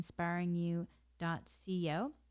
inspiringyou.co